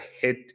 hit